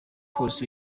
polisi